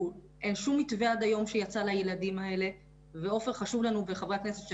אין שום מתווה עד היום שיצא לילדים האלה ועופר וחברי הכנסת,